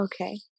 okay